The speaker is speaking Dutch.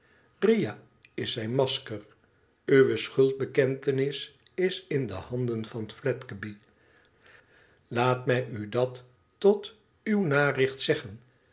riah is zijn masker uwe schuldbekentenis is in handen van fledgeby laat mij u dat tot uw naricht zeggen